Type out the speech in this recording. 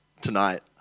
tonight